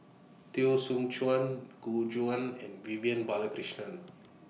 Teo Soon Chuan Gu Juan and Vivian Balakrishnan